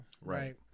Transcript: Right